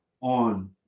on